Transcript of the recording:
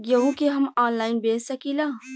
गेहूँ के हम ऑनलाइन बेंच सकी ला?